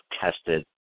tested